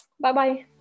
Bye-bye